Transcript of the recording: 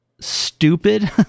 stupid